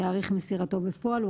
תאריך מסירתו בפועל,